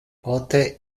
pote